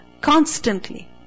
Constantly